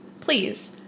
Please